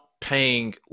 paying